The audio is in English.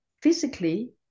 physically